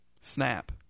Snap